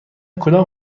کدام